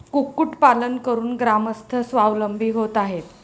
कुक्कुटपालन करून ग्रामस्थ स्वावलंबी होत आहेत